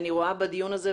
אני רואה בדיון הזה,